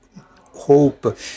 hope